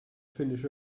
finish